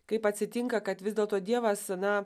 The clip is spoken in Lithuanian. kaip atsitinka kad vis dėlto dievas na